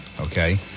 Okay